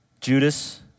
Judas